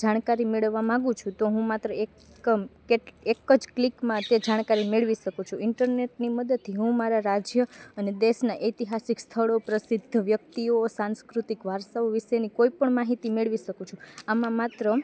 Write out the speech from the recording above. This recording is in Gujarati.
જાણકારી મેળવવા માંગુ છું તો હું માત્ર એકમ કે એકજ ક્લિકમાં તે જાણકારી મેળવી શકું છું ઇન્ટરનેટની મદદથી હું મારા રાજ્ય અને દેશના ઐતિહાસિક સ્થળો પ્રસિદ્ધ વ્યક્તિઓ સાંસ્કૃતિક વારસાઓ વીશેની કોઈપણ માહિતી મેળવી શકું છું આમાં માત્ર